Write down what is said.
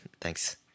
Thanks